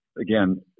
again